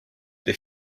they